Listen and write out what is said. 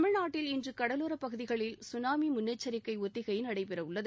தமிழ்நாட்டில் இன்று கடலோரப் பகுதிகளில் சுனாமி முன்னெச்சிக்கை ஒத்திகை நடைபெற உள்ளது